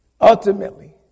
Ultimately